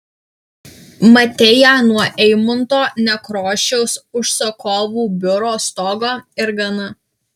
matei ją nuo eimunto nekrošiaus užsakovų biuro stogo ir gana